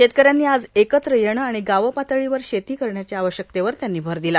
शेतकऱ्यांनी आज एकत्र येणं आणि गावपातळीवर शेती करण्याच्या आवश्यकतेवर त्यांनी भर दिला